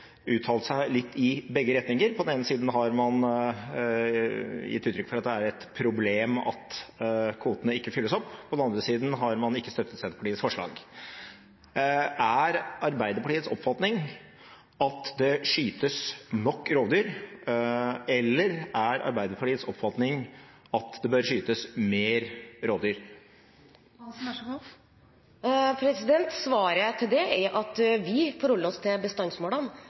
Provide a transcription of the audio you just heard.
uttalt seg litt i begge retninger. På den ene siden har man gitt uttrykk for at det er et problem at kvotene ikke fylles opp, på den andre siden har man ikke støttet Senterpartiets forslag. Er Arbeiderpartiets oppfatning at det skytes nok rovdyr, eller er Arbeiderpartiets oppfatning at det bør skytes flere rovdyr? Svaret til det er at vi forholder oss til bestandsmålene.